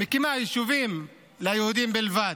מקימה יישובים ליהודים בלבד.